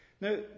Now